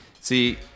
See